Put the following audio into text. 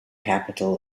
capital